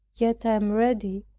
yet i am ready,